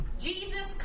Jesus